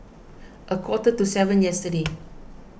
a quarter to seven yesterday